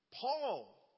Paul